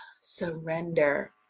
Surrender